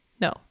no